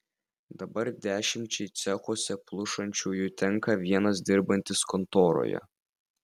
dabar dešimčiai cechuose plušančiųjų tenka vienas dirbantis kontoroje